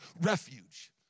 refuge